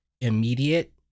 immediate